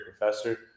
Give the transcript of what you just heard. professor